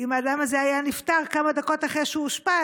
אם האדם הזה היה נפטר כמה דקות אחרי שהוא אושפז,